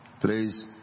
please